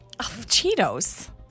Cheetos